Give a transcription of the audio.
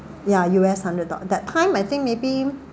yeah U_S hundred dollars that time I think maybe